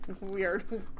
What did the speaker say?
Weird